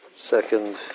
Second